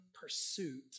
pursuit